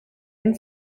han